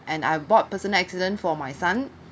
and I bought personal accident for my son